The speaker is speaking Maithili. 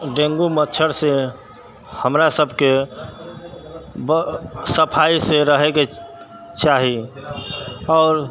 डेंगू मच्छरसँ हमरा सबके सफाइसँ रहैके चाही आओर